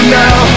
now